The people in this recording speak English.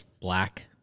Black